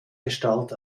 gestalt